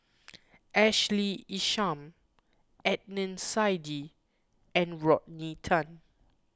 Ashley Isham Adnan Saidi and Rodney Tan